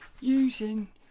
using